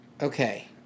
Okay